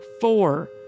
four